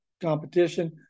competition